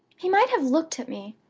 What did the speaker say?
he might have looked at me,